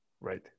Right